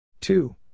Two